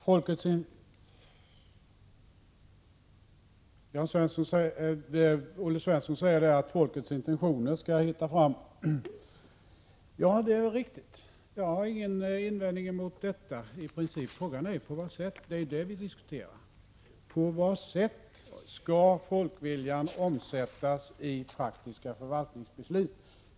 Herr talman! Olle Svensson säger att folkets intentioner skall hitta fram. Ja, det är riktigt. Jag har ingenting att invända mot det i princip. Frågan är på vad sätt. Det är det vi diskuterar. På vad sätt skall folkviljan omsättas i praktiska förvaltningsbeslut?